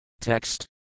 Text